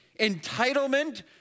entitlement